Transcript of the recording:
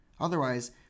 Otherwise